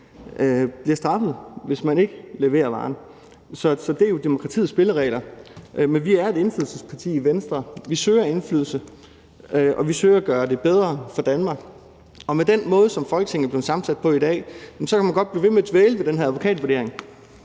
bliver straffet, hvis man ikke leverer varen. Så det er jo demokratiets spilleregler. Men vi er et indflydelsesparti i Venstre – vi søger indflydelse, og vi søger at gøre det bedre for Danmark. Og med den måde, som Folketinget er sammensat på i dag, kan man godt blive ved med at dvæle ved den her advokatvurdering,